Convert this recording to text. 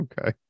Okay